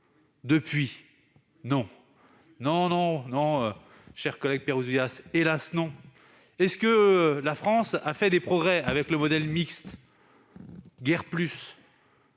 ? Oui ! Non, non, non, cher collègue Pierre Ouzoulias ! Est-ce que la France a fait des progrès avec le modèle mixte ? Guère plus,